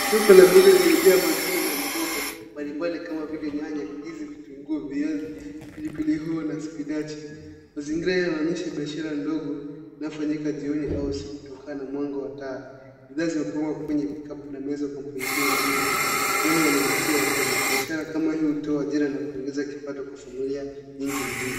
Soko na mboga lililojaa matunda na mboga mbalimbali kama vile nyanya, ndizi, vitunguu, viazi , pilipili hoho na spinachi. Mazingira yanaonyesha biashara ndogo inayofanyika jioni au usiku kutokana na mwanga wa taa. Bidhaa zimepangwa kwenye vikapu na meza kwa upangilio mzuri jambo linalovutia wateja. Biashara kama hii hutoa ajira na kuongeza kipato kwa familia nyingi mjini.